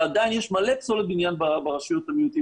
ועדיין יש מלא פסולת בניין ברשויות המיעוטים,